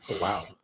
Wow